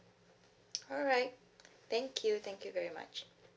alright thank you thank you very much